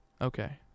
Okay